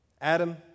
Adam